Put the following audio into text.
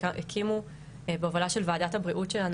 הקימו בהובלה של ועדת הבריאות שלנו,